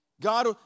God